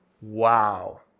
Wow